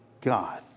God